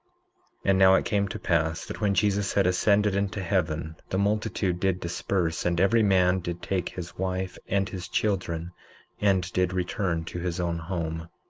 and now it came to pass that when jesus had ascended into heaven, the multitude did disperse, and every man did take his wife and his children and did return to his own home.